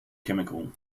chemical